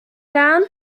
down